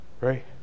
Right